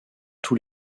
tous